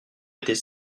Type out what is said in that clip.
était